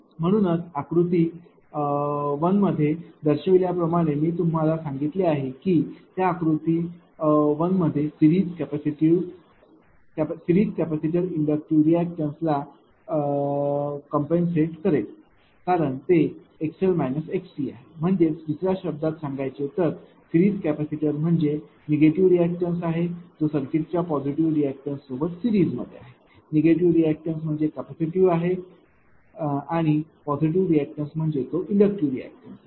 म्हणूनच आकृती 1 मध्ये दर्शविल्याप्रमाणे मी तुम्हाला सांगितले आहे की त्या आकृती 1 मध्ये सिरीज कॅपेसिटर इंडक्टिव्ह रिअॅक्टॅन्स ला काम्पन्सैट compensate भरपाई करेल कारण ते xl xc आहे म्हणजेच दुसर्या शब्दात सांगायचे तर सिरीज कॅपेसिटर म्हणजे निगेटिव्ह रिअॅक्टॅन्स आहे जो सर्किट च्या पॉझिटिव्ह रिअॅक्टॅन्स सोबत सिरीज मध्ये आहे निगेटिव्ह रिअॅक्टॅन्स म्हणजे तो कॅपेसिटीव्ह आहे पॉझिटिव्ह म्हणजे तो इंडक्टिव्ह आहे